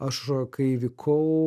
aš kai vykau